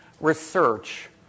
research